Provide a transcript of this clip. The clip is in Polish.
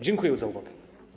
Dziękuję za uwagę.